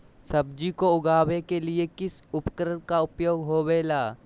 सब्जी को उगाने के लिए किस उर्वरक का उपयोग होबेला?